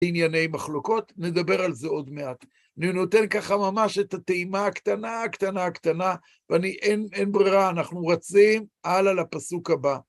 ענייני מחלוקות, נדבר על זה עוד מעט. אני נותן ככה ממש את הטעימה הקטנה, הקטנה, הקטנה, ואני... אין ברירה, אנחנו רצים הלאה לפסוק הבא.